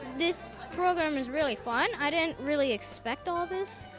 this program is really fun. i didn't really expect all this.